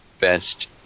best